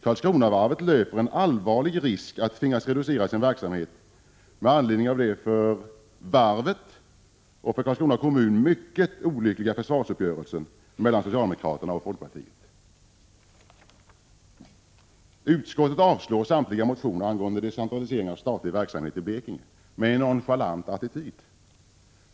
Karlskronavarvet löper en allvarlig risk att tvingas reducera sin verksamhet med anledning av den för varvet och Karlskrona kommun mycket olyckliga försvarsuppgörelsen mellan socialdemokraterna och folkpartiet. Utskottet avstyrker samtliga motioner angående decentralisering av statligt verksamhet till Blekinge, med en nonchalant attityd.